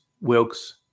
Wilkes